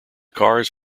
cars